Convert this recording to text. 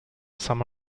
some